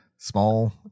Small